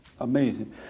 Amazing